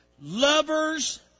Lovers